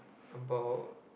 about